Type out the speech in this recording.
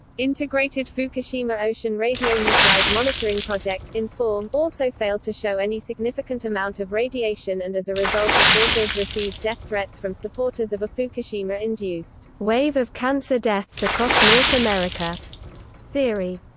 integrated fukushima ocean radionuclide monitoring project and also failed to show any significant amount of radiation and as a result its authors received death threats from supporters of a fukushima-induced wave of cancer deaths across north america theory.